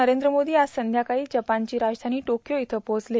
नरेंद्र मोदी आज संध्याकाळी जपाची राजधानी टोक्यो इथं पोहोचले